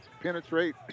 penetrate